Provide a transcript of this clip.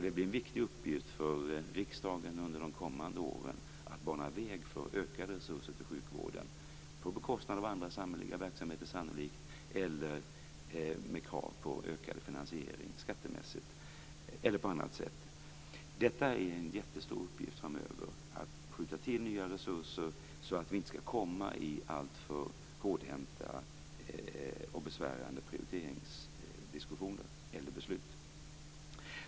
Det blir en viktig uppgift för riksdagen under de kommande åren att bana väg för ökade resurser till sjukvården. Det kommer sannolikt att behöva ske på bekostnad av andra samhälleliga verksamheter eller med krav på ökad skattemässig finansiering eller på annat sätt. Det är en jättestor uppgift framöver att skjuta till nya resurser så att vi inte skall hamna i alltför hårdhänta och besvärande prioriteringsdiskussioner eller beslut.